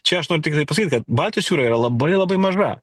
čia aš noriu tiktai pasakyt kad baltijos jūra yra labai labai maža